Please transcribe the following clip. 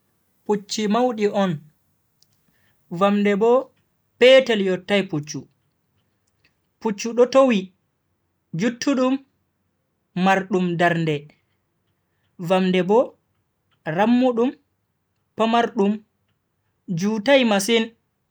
Pucchi maudi on, vamde bo petel yottai pucchu. pucchi do towi, juttudum mardum darnde, vamde bo rammudum pamardum jutai masin.